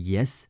Yes